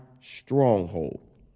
stronghold